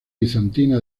bizantina